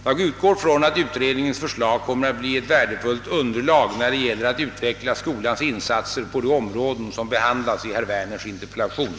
Jag utgår från att utredningens förslag kommer att bli ett värdefullt underlag när det gäller att utveckla skolans insatser på de områden som behandlas i herr Werners interpellation.